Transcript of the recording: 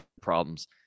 problems